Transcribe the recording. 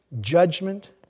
judgment